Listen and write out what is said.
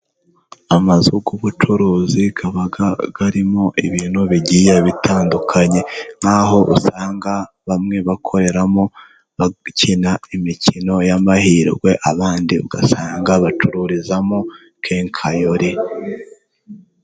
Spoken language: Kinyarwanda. Amazu y'ubucuruzi aba arimo ibintu bigiye bitandukanye nkaho' usanga bamwe bakoreramo, bakina imikino y'amahirwe abandi ugasanga bacururizamo kenkayori.